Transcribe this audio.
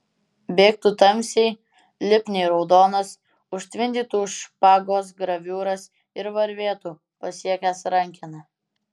bėgtų tamsiai lipniai raudonas užtvindytų špagos graviūras ir varvėtų pasiekęs rankeną